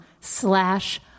slash